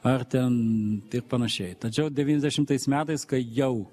ar ten panašiai tačiau devyniasdešimtais metais kai jau